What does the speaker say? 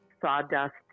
sawdust